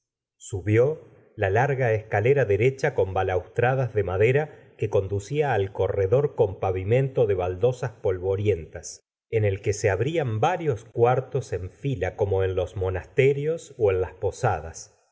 subió la larga escalera tomo ii gustavo flaul t derecha con balaustradas de madera que conducía al corredor con pavimento de baldosas polvorientas en el que se abrían varios cuartos en fila como en los monasterios ó las posadas